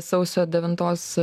sausio devintos